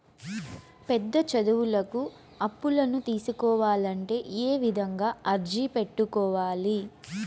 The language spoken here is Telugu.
పెద్ద చదువులకు అప్పులను తీసుకోవాలంటే ఏ విధంగా అర్జీ పెట్టుకోవాలి?